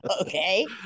Okay